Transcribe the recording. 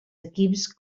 equips